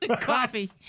Coffee